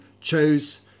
chose